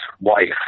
wife